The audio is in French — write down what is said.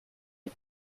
est